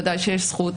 ודאי שיש זכות,